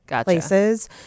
places